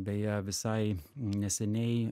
beje visai neseniai